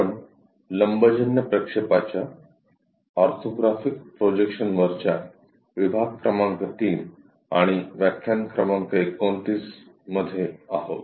आपण लंबजन्य प्रक्षेपाच्या ऑर्थोग्राफिक प्रोजेक्शन वरच्या विभाग क्रमांक 3 आणि व्याख्यान क्रमांक 29 मध्ये आहोत